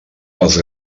les